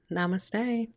Namaste